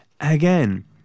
again